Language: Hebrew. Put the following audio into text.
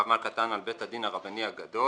הרב מלכא טען על בית הדין הרבני הגדול.